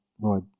Lord